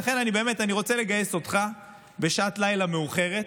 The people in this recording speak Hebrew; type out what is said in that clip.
ולכן אני באמת רוצה לגייס אותך בשעת לילה מאוחרת,